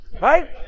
Right